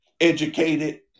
educated